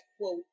quote